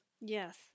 Yes